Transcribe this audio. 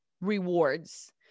rewards